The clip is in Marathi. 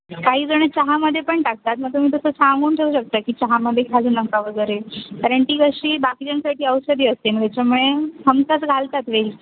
काहीजणं चहामध्ये पण टाकतात मग तुम्ही तसं सांगून ठेवू शकता की चहामध्ये घालू नका वगैरे कारण ती कशी बाकीच्यांसाठी औषधी असते मग त्याच्यामुळे हमखास घालतात वेलची